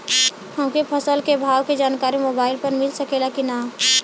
हमके फसल के भाव के जानकारी मोबाइल पर मिल सकेला की ना?